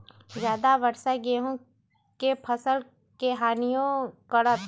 ज्यादा वर्षा गेंहू के फसल के हानियों करतै?